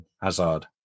Hazard